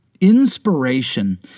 Inspiration